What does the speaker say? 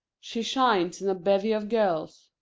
she shines in a bevy of girls.